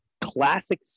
classic